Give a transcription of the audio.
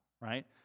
right